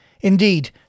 Indeed